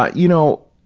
ah you know,